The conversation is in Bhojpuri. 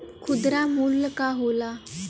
खुदरा मूल्य का होला?